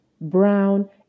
brown